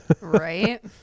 Right